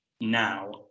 Now